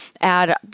add